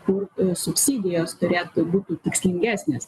kur subsidijos turėtų būtų tikslingesnės